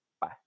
Bye